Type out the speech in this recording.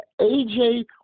AJ